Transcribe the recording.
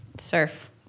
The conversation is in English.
surf